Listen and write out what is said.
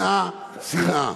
שנאה, שנאה.